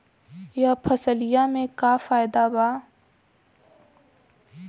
यह फसलिया में का फायदा बा?